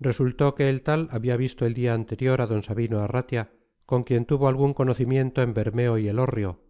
resultó que el tal había visto el día anterior al d sabino arratia con quien tuvo algún conocimiento en bermeo y elorrio